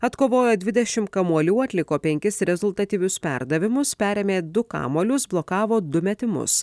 atkovojo dvidešimt kamuolių atliko penkis rezultatyvius perdavimus perėmė du kamuolius blokavo du metimus